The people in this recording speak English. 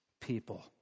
people